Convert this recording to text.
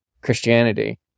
Christianity